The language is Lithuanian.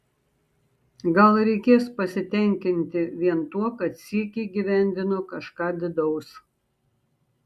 gal reikės pasitenkinti vien tuo kad sykį įgyvendino kažką didaus